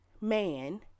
man